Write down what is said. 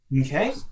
Okay